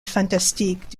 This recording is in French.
fantastique